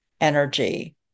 energy